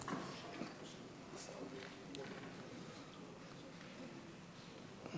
הרווחה והבריאות נתקבלה.